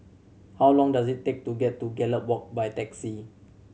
how long does it take to get to Gallop Walk by taxi